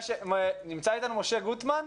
נמצא איתנו משה גוטמן?